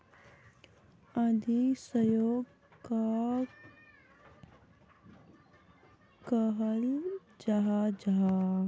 आर्थिक सहयोग कहाक कहाल जाहा जाहा?